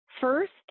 First